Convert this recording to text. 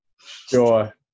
Sure